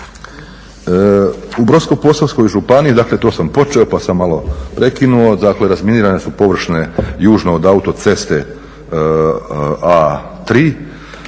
U Brodsko-posavskoj županiji, dakle to sam počeo pa sam malo prekinuo, dakle razminirane su površine južno od autoceste A3,